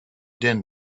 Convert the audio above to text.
din